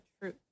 truth